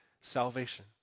salvation